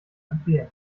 empfehlen